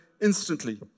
instantly